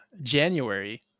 January